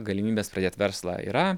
galimybės pradėt verslą yra